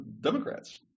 Democrats